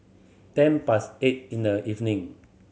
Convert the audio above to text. ten past eight in the evening